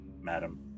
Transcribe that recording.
madam